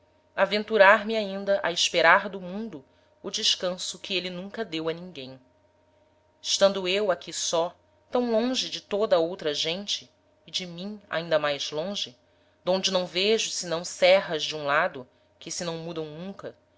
aventurar me ainda a esperar do mundo o descanso que êle nunca deu a ninguem estando eu aqui só tam longe de toda a outra gente e de mim ainda mais longe d'onde não vejo senão serras de um lado que se não mudam nunca